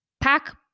pack